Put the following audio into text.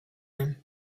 him